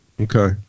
Okay